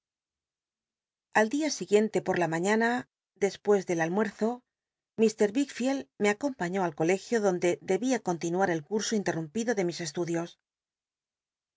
al dia siguiente por la mañana dcspucs del almuerzo mr wickfield me acompañó al colegio donde debia continuar el curso interrumpido de mis e